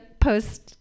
post-